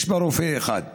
יש בה רופא אחד.